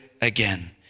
again